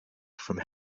from